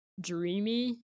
dreamy